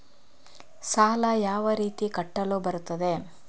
ಸಾಲ ಯಾವ ರೀತಿ ಕಟ್ಟಲು ಬರುತ್ತದೆ?